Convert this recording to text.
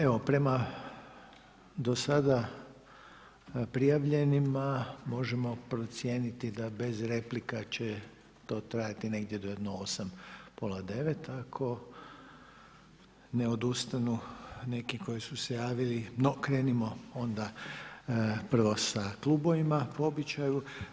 Evo, prema do sada prijavljenima možemo procijeniti da bez replika će to trajati negdje do jedno 8, pola 9 ako ne odustanu neki koji su se javili no krenimo onda prvo sa klubovima po običaju.